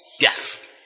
Yes